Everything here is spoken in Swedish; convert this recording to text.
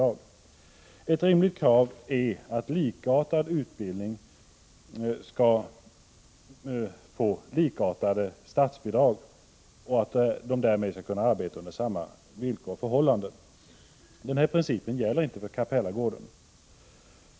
1985/86:101 Ett rimligt krav är att likartad utbildning skall få likartade statsbidrag, så 20 mars 1986 att man därmed kan arbeta under samma villkor och förhållanden. Den =: Om höjt statsbidrag principen gäller inte för Capellagården.